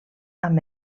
amb